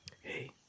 Hey